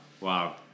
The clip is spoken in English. Wow